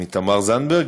מי, תמר זנדברג?